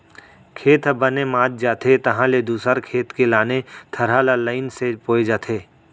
खेत ह बने मात जाथे तहाँ ले दूसर खेत के लाने थरहा ल लईन से बोए जाथे